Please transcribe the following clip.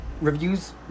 reviews